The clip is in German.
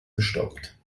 gestoppt